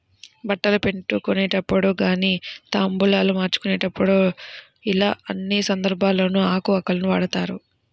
బట్టలు పెట్టుకునేటప్పుడు గానీ తాంబూలాలు మార్చుకునేప్పుడు యిలా అన్ని సందర్భాల్లోనూ ఆకు వక్కలను వాడతారు